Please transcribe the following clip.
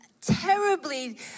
terribly